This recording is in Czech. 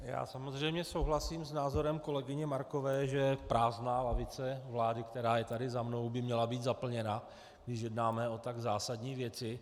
Já samozřejmě souhlasím s názorem kolegyně Markové, že prázdná lavice vlády, která je tady za mnou, by měla být zaplněna, když jednáme o tak zásadní věci,.